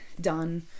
done